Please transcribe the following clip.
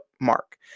mark